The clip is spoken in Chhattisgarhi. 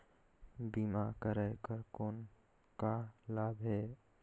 बीमा कराय कर कौन का लाभ है?